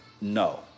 No